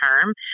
term